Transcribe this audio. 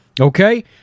okay